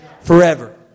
forever